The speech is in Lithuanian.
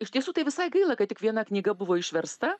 iš tiesų tai visai gaila kad tik viena knyga buvo išversta